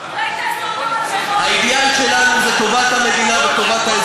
אולי תאסור גם מחאות חברתיות?